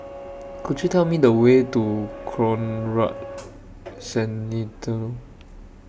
Could YOU Tell Me The Way to Conrad Centennial